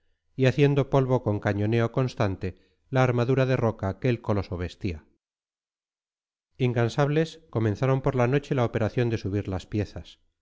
y haciendo polvo con cañoneo constante la armadura de roca que el coloso vestía incansables comenzaron por la noche la operación de subir las piezas